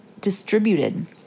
distributed